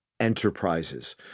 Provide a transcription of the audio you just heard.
enterprises